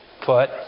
put